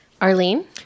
Arlene